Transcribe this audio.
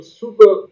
super